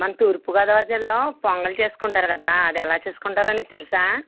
మన తూర్పుగోదావరి జిల్లా పొంగల్ చేసుకుంటారు కదా అది ఎలా చేసుకుంటారో నీకు తెలుసా